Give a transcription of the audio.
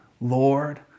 Lord